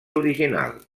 original